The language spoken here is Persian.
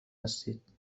هستید